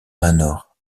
manor